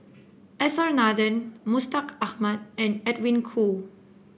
S R Nathan Mustaq Ahmad and Edwin Koo